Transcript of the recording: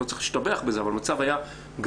לא צריך להשתבח בזה אבל המצב היה גרוע.